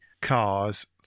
cars